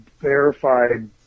verified